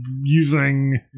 using